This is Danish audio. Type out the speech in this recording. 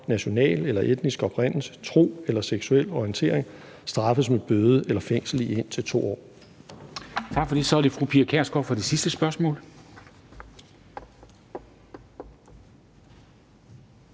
nationale eller etniske oprindelse, tro eller seksuelle orientering, straffes med bøde eller fængsel indtil 2 år.« Kl. 14:03 Formanden (Henrik Dam Kristensen): Tak for det. Så er det fru Pia Kjærsgaard for det sidste spørgsmål.